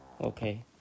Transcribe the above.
okay